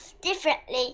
differently